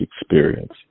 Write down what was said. experience